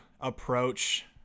approach